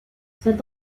cet